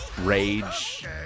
rage